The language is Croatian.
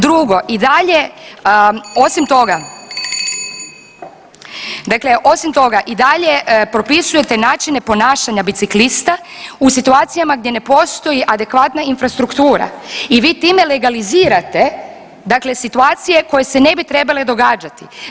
Drugo, i dalje osim toga dakle osim toga i dalje propisujete načine ponašanja biciklista u situacijama gdje ne postoji adekvatna infrastruktura i vi time legalizirate situacije koje se ne bi trebale događati.